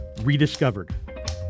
rediscovered